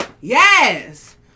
Yes